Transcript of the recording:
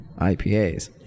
IPAs